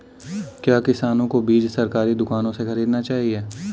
क्या किसानों को बीज सरकारी दुकानों से खरीदना चाहिए?